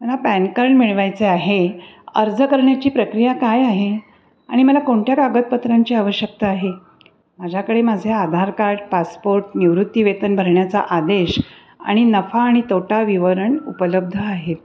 मला pan card मिळवायचं आहे अर्ज करण्याची प्रक्रिया काय आहे आणि मला कोणत्या कागदपत्रांची आवश्यकता आहे माझ्याकडे माझे आधार कार्ड पासपोर्ट निवृत्ती वेतन भरण्याचा आदेश आणि नफा आणि तोटा विवरण उपलब्ध आहेत